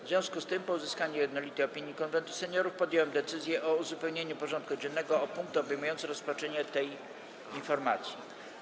W związku z tym, po uzyskaniu jednolitej opinii Konwentu Seniorów, podjąłem decyzję o uzupełnieniu porządku dziennego o punkt obejmujący rozpatrzenie tej informacji.